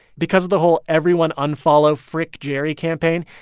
because of the whole everyone unfollow frick jerry campaign,